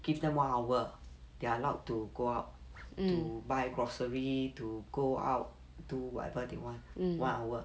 give them one hour they are allowed to go out to buy groceries to go out do whatever they want one hour